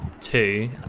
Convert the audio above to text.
two